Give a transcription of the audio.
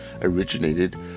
originated